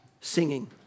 singing